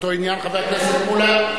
באותו עניין, חבר הכנסת מולה.